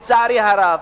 לצערי הרב.